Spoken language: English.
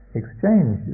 exchange